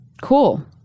Cool